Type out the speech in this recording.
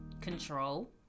control